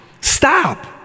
Stop